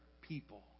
people